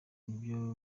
nibyo